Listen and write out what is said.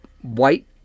white